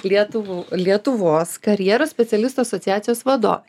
lietuv lietuvos karjeros specialistų asociacijos vadovė